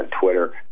Twitter